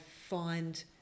find